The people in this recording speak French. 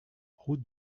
route